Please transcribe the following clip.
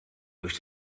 durch